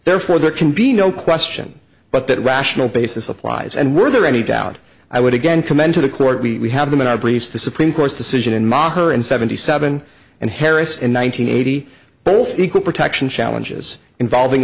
therefore there can be no question but that rational basis applies and were there any doubt i would again commend to the court we have them in our briefs the supreme court's decision in mocker in seventy seven and harris in one nine hundred eighty both equal protection challenges involving